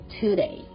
today